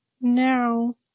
now